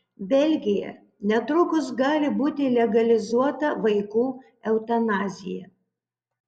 belgija netrukus gali būti legalizuota vaikų eutanazija